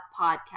podcast